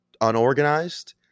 unorganized